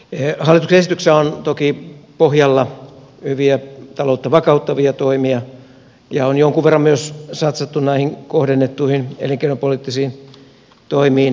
hallituksen esityksessä on toki pohjalla hyviä taloutta vakauttavia toimia ja on jonkun verran myös satsattu näihin kohdennettuihin elinkeinopoliittisiin toimiin